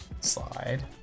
Slide